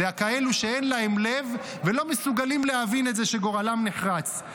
הם כאלה שאין להם לב ולא מסוגלים להבין את זה שגורלם נחרץ.